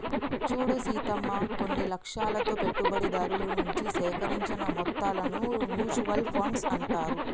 చూడు సీతమ్మ కొన్ని లక్ష్యాలతో పెట్టుబడిదారుల నుంచి సేకరించిన మొత్తాలను మ్యూచువల్ ఫండ్స్ అంటారు